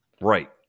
Right